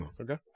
Okay